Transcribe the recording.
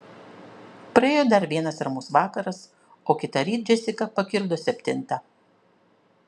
praėjo dar vienas ramus vakaras o kitąryt džesika pakirdo septintą